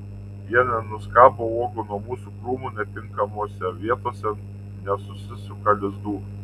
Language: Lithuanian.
jie nenuskabo uogų nuo mūsų krūmų netinkamose vietose nesusisuka lizdų